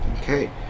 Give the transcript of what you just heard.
Okay